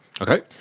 Okay